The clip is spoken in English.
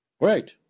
right